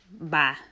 bye